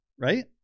right